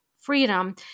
Freedom